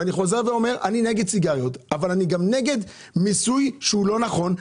אני חוזר ואומר שאני נגד סיגריות אבל אני גם נגד מיסוי שהוא לא נכון,